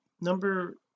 number